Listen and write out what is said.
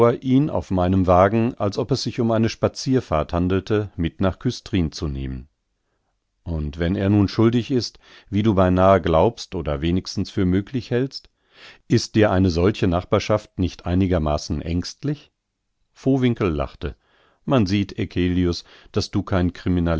ihn auf meinem wagen als ob es sich um eine spazierfahrt handelte mit nach küstrin zu nehmen und wenn er nun schuldig ist wie du beinah glaubst oder wenigstens für möglich hältst ist dir eine solche nachbarschaft nicht einigermaßen ängstlich vowinkel lachte man sieht eccelius daß du kein